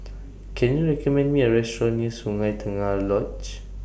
Can YOU recommend Me A Restaurant near Sungei Tengah Lodge